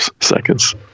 seconds